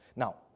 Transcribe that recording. Now